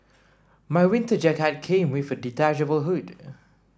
my winter jacket came with a detachable hood